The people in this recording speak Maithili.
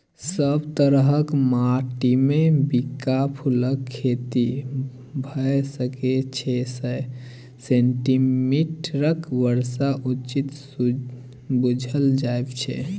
सब तरहक माटिमे बिंका फुलक खेती भए सकै छै सय सेंटीमीटरक बर्षा उचित बुझल जाइ छै